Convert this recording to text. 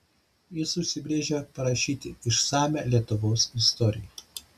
jis užsibrėžė parašyti išsamią lietuvos istoriją